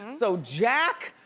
so, jack,